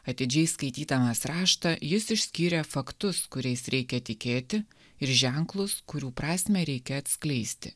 atidžiai skaitydamas raštą jis išskyrė faktus kuriais reikia tikėti ir ženklus kurių prasmę reikia atskleisti